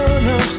no